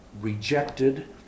rejected